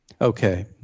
Okay